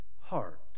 heart